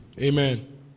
Amen